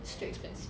still expensive